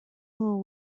mule